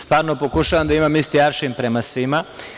Stvarno pokušavam da imam isti aršin prema svima.